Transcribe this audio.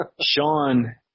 Sean